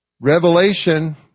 Revelation